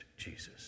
Jesus